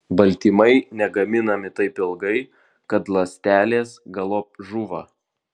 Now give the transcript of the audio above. baltymai negaminami taip ilgai kad ląstelės galop žūva